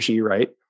right